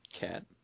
cat